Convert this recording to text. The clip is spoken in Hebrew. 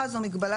המגבלה